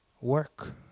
work